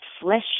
flesh